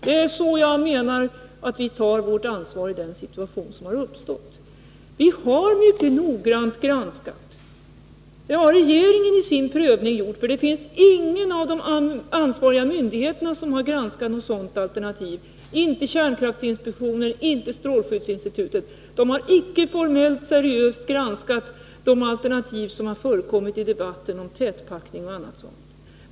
Det är så jag menar att vi tar vårt ansvar i den situation som har uppstått. Regeringen har i sin prövning mycket noggrant granskat alternativen. Det finns ingen av de ansvariga myndigheterna som har granskat något sådant alternativ, varken kärnkraftinspektionen eller strålskyddsinstitutet. De har inte seriöst granskat de alternativ som har förekommit i debatten om tätpackning och annat sådant.